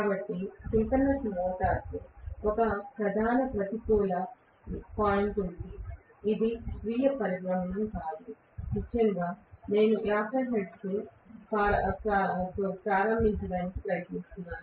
కాబట్టి సింక్రోనస్ మోటారుకు ఒక ప్రధాన ప్రతికూల పాయింట్ ఉంది ఇది స్వీయ పరిబ్రమణ కాదు ముఖ్యంగా నేను 50 హెర్ట్జ్తో ప్రారంభించడానికి ప్రయత్నిస్తున్నాను